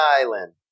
Island